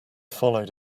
followed